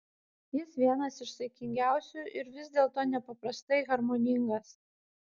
jis vienas iš saikingiausių ir vis dėlto nepaprastai harmoningas